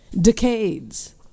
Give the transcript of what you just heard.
Decades